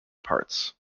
parts